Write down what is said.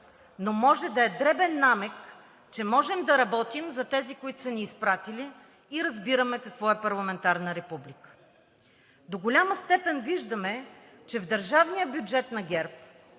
но може да е дребен намек, че можем да работим за тези, които са ни изпратили и разбираме какво е парламентарна република. До голяма степен виждаме, че в държавния бюджет на ГЕРБ,